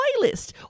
playlist